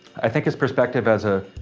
i think his perspective as a,